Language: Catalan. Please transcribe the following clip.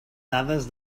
dades